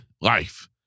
life